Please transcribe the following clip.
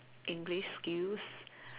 English skills